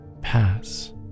pass